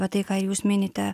va tai ką jūs minite